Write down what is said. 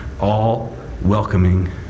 all-welcoming